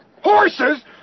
Horses